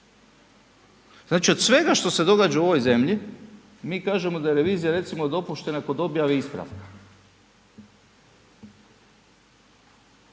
znači od svega što se događa u ovoj zemlji mi kažemo da je revizija recimo dopuštena kod objave isprava,